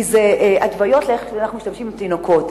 כי זה התוויות איך אנחנו משתמשים עם תינוקות,